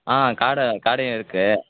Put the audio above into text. ஆ காடை காடையும் இருக்குது